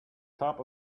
top